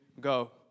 go